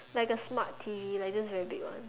like a smart T_V like just very big one